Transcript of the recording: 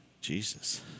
Jesus